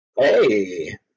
Hey